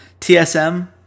TSM